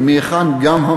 ומהיכן גם,